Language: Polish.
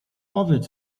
powiedz